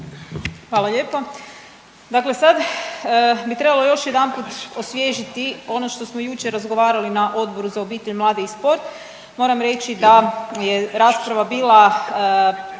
Hvala lijepa. Dakle, sad bi trebalo još jedanput osvježiti ono što smo jučer razgovarali na Odboru za obitelj, mlade i sport. Moram reći da je rasprava bila